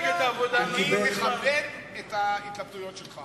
אני מכבד את ההתלבטויות שלך.